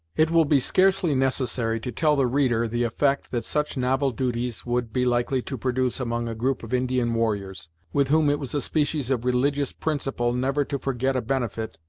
it will be scarcely necessary to tell the reader the effect that such novel duties would be likely to produce among a group of indian warriors, with whom it was a species of religious principle never to forget a benefit,